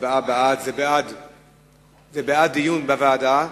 הצבעה בעד, בעד דיון בוועדה.